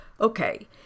Okay